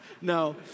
No